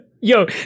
Yo